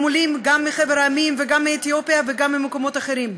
הם עולים גם מחבר המדינות וגם מאתיופיה וגם ממקומות אחרים.